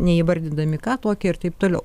neįvardindami ką tokį ir taip toliau